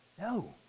No